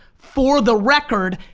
for the record,